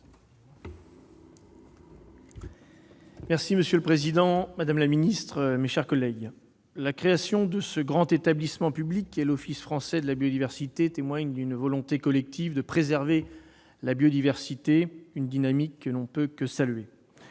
Monsieur le président, madame la secrétaire d'État, mes chers collègues, la création de ce grand établissement public qu'est l'Office français de la biodiversité témoigne d'une volonté collective de préserver la biodiversité. C'est une dynamique qu'on ne peut que saluer.